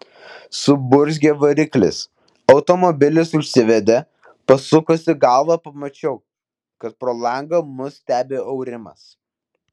suburzgė variklis automobilis užsivedė pasukusi galvą pamačiau kad pro langą mus stebi aurimas